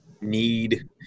need